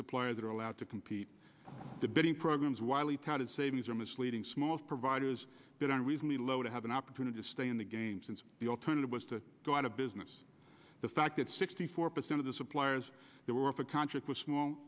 suppliers that are allowed to compete the bidding programs widely touted savings are misleading small providers that are reasonably low to have an opportunity to stay in the game since the alternative was to go out of business the fact that sixty four percent of the suppliers there were of a contract with small